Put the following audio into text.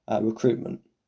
recruitment